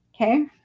Okay